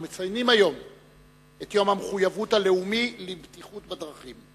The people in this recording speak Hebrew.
אנחנו מציינים היום את היום הלאומי למחויבות לבטיחות בדרכים.